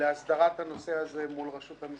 להסדרת הנושא הזה מולם.